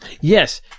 yes